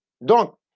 Donc